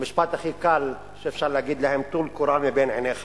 המשפט הכי קל שאפשר להגיד להם: טול קורה מבין עיניך.